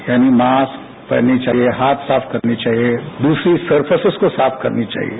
यानि मास्क पहनना चाहिये हाथ साफ करने चाहिये दूसरी सरफेसेज को साफ करना चाहिये